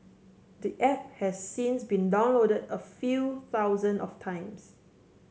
the app has since been downloaded a few thousand of times